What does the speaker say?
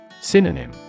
Synonym